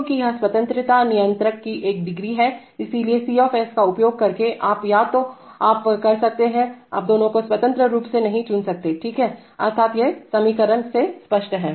क्योंकि यह स्वतंत्रता नियंत्रक की एक डिग्री है इसलिए C का उपयोग करके आप या तो आप कर सकते हैंआप दोनों को स्वतंत्र रूप से नहीं चुन सकते हैं ठीक हैअर्थात्यह समीकरणों से स्पष्ट है